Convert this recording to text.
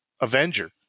Avenger